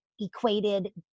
equated